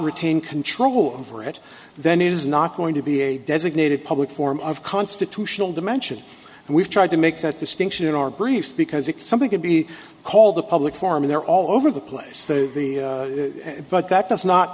retain control over it then it is not going to be a designated public form of constitutional dimension and we've tried to make that distinction in our brief because if something could be called the public forum there all over the place that the but that does not